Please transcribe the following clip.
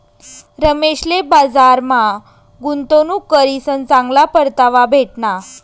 रमेशले बजारमा गुंतवणूक करीसन चांगला परतावा भेटना